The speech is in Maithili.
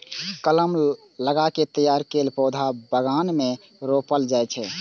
कलम लगा कें तैयार कैल पौधा बगान मे रोपल जाइ छै